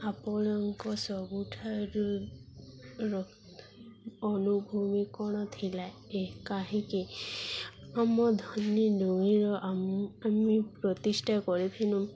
ଆପଣଙ୍କ ସବୁଠାରୁ ର ଅନୁଭୂତି କ'ଣ ଥିଲା ଏ କାହିଁକି ଆମ ଧନୀ ନୋଇର ଆମେ ପ୍ରତିଷ୍ଠା କରିଥିଲୁ